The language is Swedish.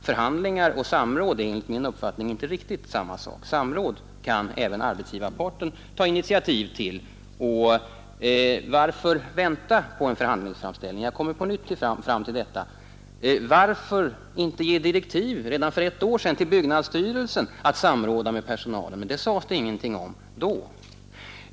Förhandlingar och samråd är enligt min uppfattning inte riktigt samma sak. Samråd kan även arbetsgivarparten ta initiativ till. Jag kommer på nytt fram till frågan varför man väntat på en förhandlingsframställning. Varför gav man inte direktiv till byggnadsstyrelsen redan för ett år sedan att samråda med personalen? Då sades ingenting om detta.